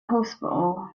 hospital